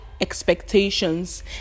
expectations